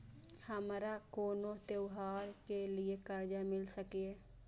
हमारा कोनो त्योहार के लिए कर्जा मिल सकीये?